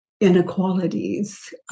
inequalities